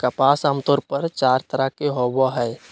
कपास आमतौर पर चार तरह के होवो हय